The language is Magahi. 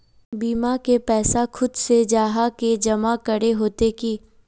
बीमा के पैसा खुद से जाहा के जमा करे होते की?